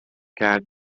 کرد